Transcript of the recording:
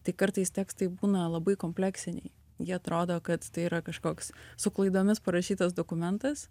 tai kartais tekstai būna labai kompleksiniai jie atrodo kad tai yra kažkoks su klaidomis parašytas dokumentas